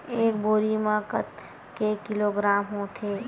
एक बोरी म के किलोग्राम होथे?